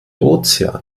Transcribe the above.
ozean